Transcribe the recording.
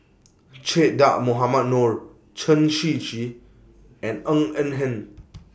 Che Dah Mohamed Noor Chen Shiji and Ng Eng Hen